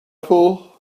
pull